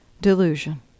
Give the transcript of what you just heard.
delusion